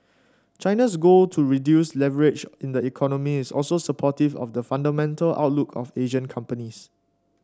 China's goal to reduce leverage in the economy is also supportive of the fundamental outlook of Asian companies